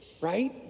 right